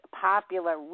popular